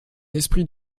esprit